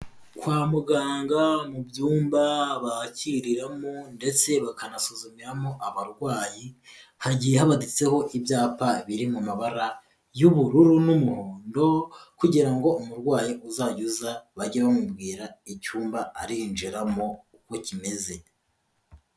Kwa muganga mu byumba bakiriramo ndetse bakanasuzumiramo abarwayi, hagiye habaditseho ibyapa biri mu mabara y'ubururu n'umuhondo kugira ngo umurwayi uzajya uza bajye bamubwira icyumba arinjiramo uko kimeze.